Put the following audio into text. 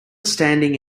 standing